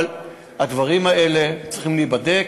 הדברים האלה צריכים להיבדק.